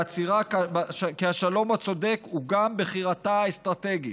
בהצהירה כי השלום הצודק הוא גם בחירתה האסטרטגית,